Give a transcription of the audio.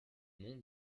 nom